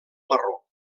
marró